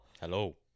Hello